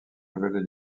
nouvelles